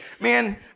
man